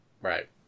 Right